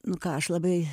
nu ką aš labai